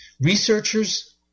researchers